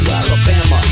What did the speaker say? Alabama